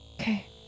Okay